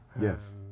Yes